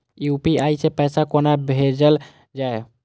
UPI सै पैसा कोना भैजल जाय?